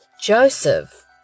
Joseph